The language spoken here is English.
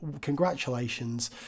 congratulations